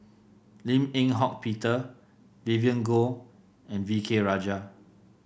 Lim Eng Hock Peter Vivien Goh and V K Rajah